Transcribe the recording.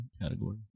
category